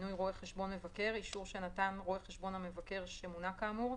במינוי רואה חשבון מבקר אישור שנתן רואה חשבון המבקר שמונה כאמור,